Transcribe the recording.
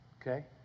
okay